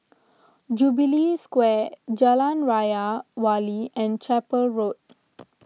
Jubilee Square Jalan Raja Wali and Chapel Road